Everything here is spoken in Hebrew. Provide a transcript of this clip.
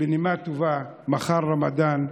בנימה טובה: מחר רמדאן,